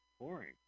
Boring